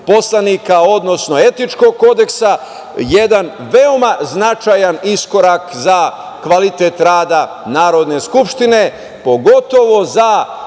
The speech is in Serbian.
odnosno etičkog Kodeksa jedan veoma značajan iskorak za kvalitet rada Narodne skupštine, pogotovo za